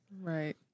Right